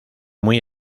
muy